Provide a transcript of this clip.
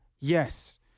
yes